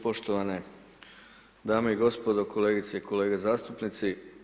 Poštovane dame i gospodo, kolegice i kolege zastupnici.